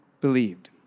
believed